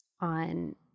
on